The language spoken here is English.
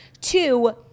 Two